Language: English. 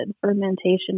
fermentation